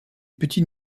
petits